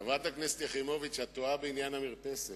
חברת הכנסת יחימוביץ, את טועה בעניין המרפסת.